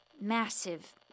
massive